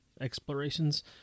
explorations